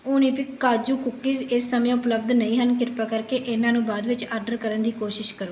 ਉਣੀਬਿਕ ਕਾਜੂ ਕੂਕੀਜ਼ ਇਸ ਸਮੇਂ ਉਪਲੱਬਧ ਨਹੀਂ ਹਨ ਕ੍ਰਿਪਾ ਕਰਕੇ ਇਹਨਾਂ ਨੂੰ ਬਾਅਦ ਵਿੱਚ ਆਡਰ ਕਰਨ ਦੀ ਕੋਸ਼ਿਸ਼ ਕਰੋ